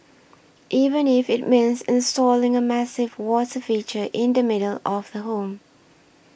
even if it means installing a massive water feature in the middle of the home